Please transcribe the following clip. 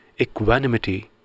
equanimity